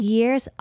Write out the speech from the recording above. Years